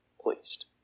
pleased